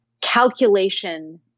calculation